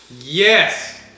Yes